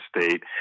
state